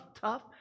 tough